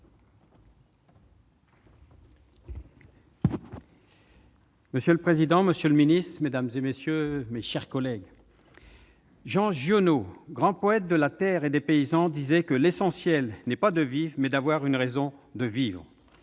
Monsieur le président, monsieur le ministre, mes chers collègues, Jean Giono, grand poète de la terre et des paysans, disait que « l'essentiel n'est pas de vivre, mais d'avoir une raison de vivre